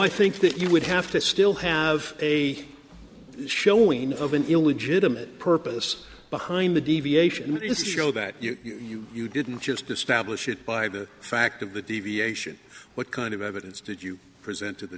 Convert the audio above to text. i think that you would have to still have a showing of an illegitimate purpose behind the deviation is to show that you didn't just establish it by the fact of the deviation what kind of evidence did you present to the